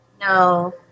No